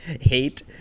hate